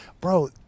Bro